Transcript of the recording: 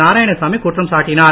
நாராயணசாமி குற்றம் சாட்டினார்